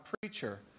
preacher